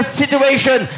situation